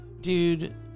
dude